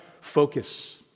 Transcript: focus